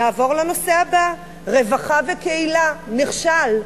נעבור לנושא הבא: רווחה וקהילה נכשל,